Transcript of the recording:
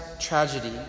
tragedy